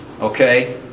Okay